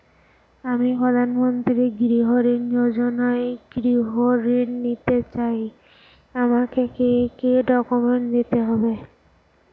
আমি প্রধানমন্ত্রী গৃহ ঋণ যোজনায় গৃহ ঋণ নিতে চাই আমাকে কি কি ডকুমেন্টস দিতে হবে?